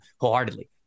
wholeheartedly